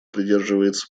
придерживается